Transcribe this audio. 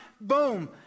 boom